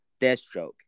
Deathstroke